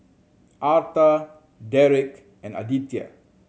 Arta Deric and Aditya